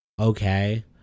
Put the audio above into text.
Okay